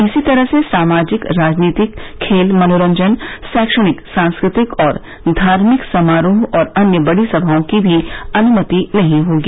इसी तरह से सामाजिक राजनीतिक खेल मनोरंजन शैक्षणिक सांस्कृतिक और धार्मिक समारोह और अन्य बड़ी सभाओं की भी अनुमति नहीं होगी